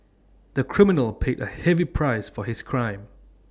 the criminal paid A heavy price for his crime